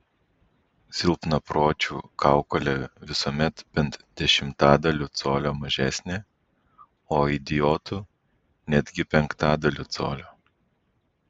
silpnapročių kaukolė visuomet bent dešimtadaliu colio mažesnė o idiotų netgi penktadaliu colio